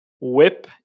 whip